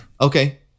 Okay